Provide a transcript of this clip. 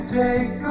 take